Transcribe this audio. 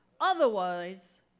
Otherwise